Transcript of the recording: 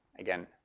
again,